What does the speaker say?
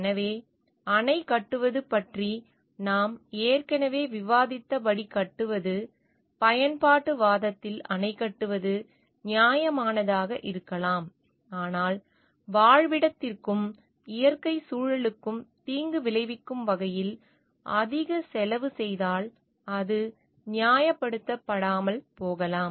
எனவே அணை கட்டுவது பற்றி நாம் ஏற்கனவே விவாதித்தபடி கட்டுவது பயன்பாட்டுவாதத்தில் அணை கட்டுவது நியாயமானதாக இருக்கலாம் ஆனால் வாழ்விடத்திற்கும் இயற்கை சூழலுக்கும் தீங்கு விளைவிக்கும் வகையில் அதிக செலவு செய்தால் அது நியாயப்படுத்தப்படாமல் போகலாம்